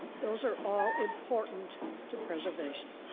those are all important to preservation,